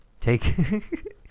take